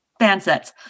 fansets